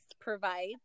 provides